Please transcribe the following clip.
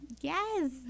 Yes